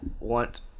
want